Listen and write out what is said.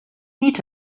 meet